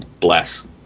Bless